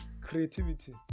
creativity